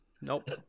Nope